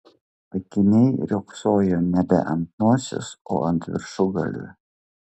akiniai riogsojo nebe ant nosies o ant viršugalvio